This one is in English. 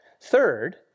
Third